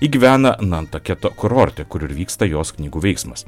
ji gyvena nantaketo kurorte kur vyksta jos knygų veiksmas